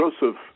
Joseph